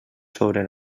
sobre